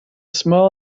small